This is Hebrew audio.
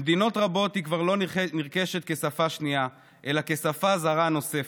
במדינות רבות היא כבר לא נרכשת כשפה שנייה אלא כשפה זרה נוספת,